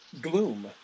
gloom